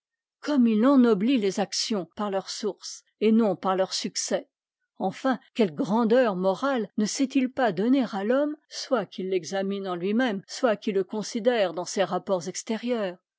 comme it ennoblit les actions par leur source et non par leur succès enfin quelle grandeur morale ne sait-il pas donner à l'homme soit qu'il l'examine en luimême soit qu'ii le considère dans ses rapports extérieurs